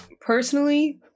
Personally